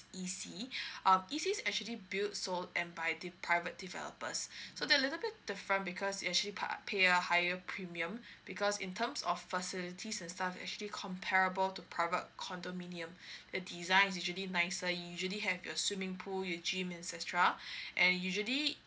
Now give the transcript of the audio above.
E_C um E_C actually build so and by the private developers so there a little bit different because actually part pay a higher premium because in terms of facilities and stuff actually comparable to private condominium the design is usually nicer you usually have your swimming pool your gym etcetera and usually